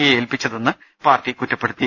എയെ ഏൽപ്പിച്ചതെന്ന് പാർട്ടി കുറ്റപ്പെടുത്തി